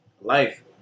life